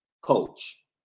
coach